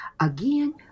Again